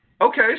okay